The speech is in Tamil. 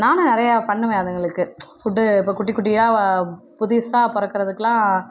நானும் நிறையா பண்ணுவேன் அதுங்களுக்கு ஃபுட்டு இப்போ குட்டி குட்டியாக புதுசாக பிறக்குறதுக்குலாம்